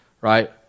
right